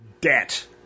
Debt